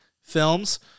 films